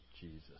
Jesus